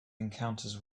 encounters